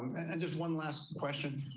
and just one last question.